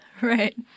Right